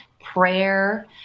prayer